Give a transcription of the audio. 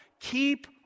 keep